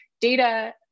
Data